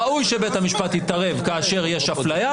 ראוי שבית המשפט יתערב כאשר יש אפליה.